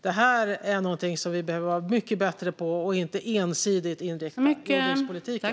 Det här är någonting som vi behöver vara mycket bättre på och inte ha en ensidig inriktning på jordbrukspolitiken.